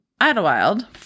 Idlewild